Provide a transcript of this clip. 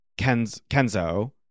Kenzo